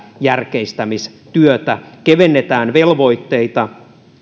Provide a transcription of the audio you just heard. järkeistämistyötä kevennetään velvoitteita